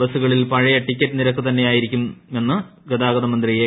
ബസുകളിൽ പഴയ ടിക്കറ്റ് നിരക്ക് തന്നെയായിരിക്കുമെന്നും ഗതാഗത മന്ത്രി ഏ